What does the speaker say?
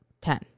Ten